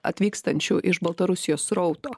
atvykstančių iš baltarusijos srauto